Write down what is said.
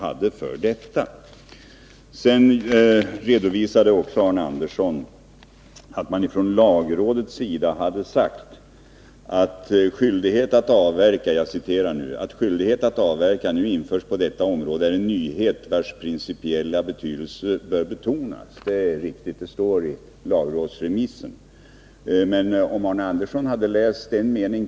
Arne Andersson redovisar att man från lagrådets sida har sagt att införandet av avverkningsskyldigheten på detta område är en nyhet, vars principiella betydelse bör betonas. Det är riktigt att det sägs så från lagrådets sida.